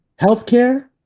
Healthcare